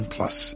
Plus